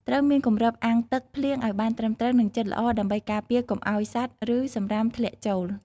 ត្រូវមានគម្របអាងទឹកភ្លៀងឲ្យបានត្រឹមត្រូវ និងជិតល្អដើម្បីការពារកុំឲ្យសត្វ ឬសំរាមធ្លាក់ចូល។